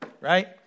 right